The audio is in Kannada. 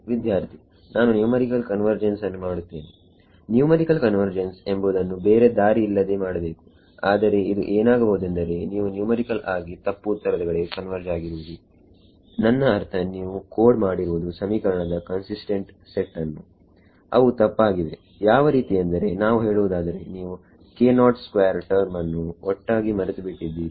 ವಿದ್ಯಾರ್ಥಿನಾನು ನ್ಯುಮರಿಕಲ್ ಕನ್ವರ್ಜೆನ್ಸ್ ಅನ್ನು ಮಾಡುತ್ತೇನೆ ನ್ಯುಮರಿಕಲ್ ಕನ್ವರ್ಜೆನ್ಸ್ ಎಂಬುದನ್ನು ಬೇರೆ ದಾರಿ ಇಲ್ಲದೇ ಮಾಡಬೇಕು ಆದರೆ ಇದು ಏನಾಗಬಹುದು ಎಂದರೆ ನೀವು ನ್ಯುಮರಿಕಲ್ ಆಗಿ ತಪ್ಪು ಉತ್ತರದ ಕಡೆಗೆ ಕನ್ವರ್ಜ್ ಆಗಿರುವಿರಿನನ್ನ ಅರ್ಥ ನೀವು ಕೋಡ್ ಮಾಡಿರುವುದು ಸಮೀಕರಣದ ಕನ್ಸಿಸ್ಟೆಂಟ್ ಸೆಟ್ಅನ್ನು ಅವು ತಪ್ಪಾಗಿವೆ ಯಾವ ರೀತಿ ಎಂದರೆ ನಾವು ಹೇಳುವುದಾದರೆ ನೀವು ಟರ್ಮ್ ಅನ್ನು ಒಟ್ಟಾಗಿ ಮರೆತು ಬಿಟ್ಟಿದ್ದೀರಿ